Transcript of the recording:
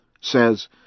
says